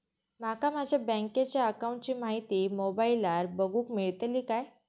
माका माझ्या बँकेच्या अकाऊंटची माहिती मोबाईलार बगुक मेळतली काय?